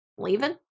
leaving